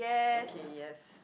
okay yes